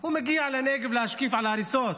הוא מגיע לנגב להשקיף על ההריסות,